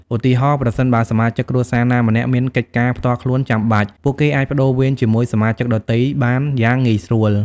ឧទាហរណ៍ ប្រសិនបើសមាជិកគ្រួសារណាម្នាក់មានកិច្ចការផ្ទាល់ខ្លួនចាំបាច់ ពួកគេអាចប្តូរវេនជាមួយសមាជិកដទៃបានយ៉ាងងាយស្រួល។